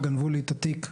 גנבו לי את התיק,